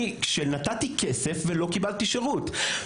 אני שנתתי כסף ולא קיבלתי שירות.